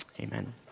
amen